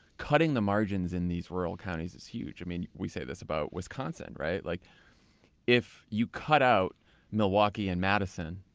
cutting the margins in these rural counties is huge. i mean, we say this about wisconsin, right? like if you cut out milwaukee and madison,